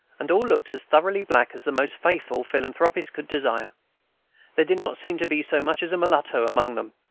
and all looked as thoroughly black as the most faithful philanthropist could desire there did not seem to be so much as a mulatto among them.